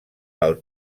del